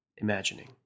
Imagining